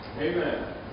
Amen